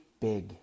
big